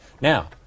Now